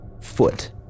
foot